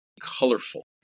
colorful